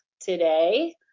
today